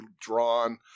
drawn